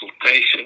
consultation